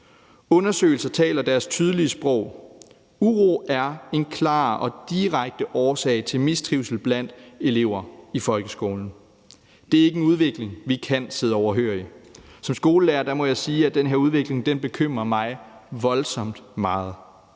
Undersøgelser taler deres tydelige sprog. Uro er en klar og direkte årsag til mistrivsel blandt elever i folkeskolen. Det er ikke en udvikling, vi kan sidde overhørig. Som skolelærer må jeg sige, at den her udvikling bekymrer mig voldsomt meget.